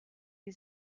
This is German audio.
die